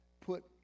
put